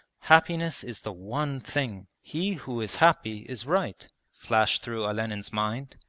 happiness is the one thing. he who is happy is right flashed through olenin's mind,